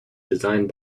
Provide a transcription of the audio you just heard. designed